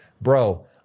bro